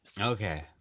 okay